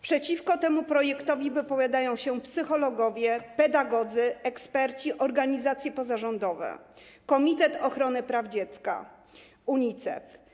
Przeciwko temu projektowi wypowiadają się psycholodzy, pedagodzy, eksperci, organizacje pozarządowe, Komitet Ochrony Praw Dziecka, UNICEF.